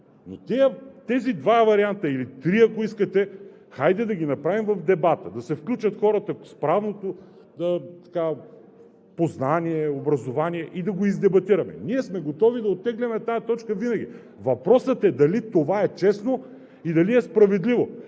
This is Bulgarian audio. Но тези два варианта или три, ако искате, хайде да ги направим в дебата. Да се включат хората с правното познание, образование и да го издебатираме. Ние сме готови да оттеглим тази точка винаги. Въпросът е: дали това е честно и дали е справедливо?